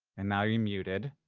and now you're muted.